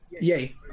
Yay